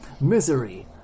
Misery